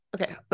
Okay